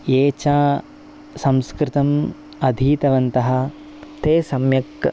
ये च संस्कृतम् अधीतवन्तः ते सम्यक्